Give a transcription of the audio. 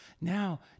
Now